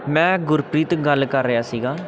ਮੈਂ ਗੁਰਪ੍ਰੀਤ ਗੱਲ ਕਰ ਰਿਹਾ ਸੀਗਾ